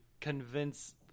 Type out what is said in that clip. convince